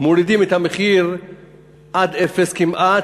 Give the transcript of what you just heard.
מורידים את המחיר עד אפס כמעט,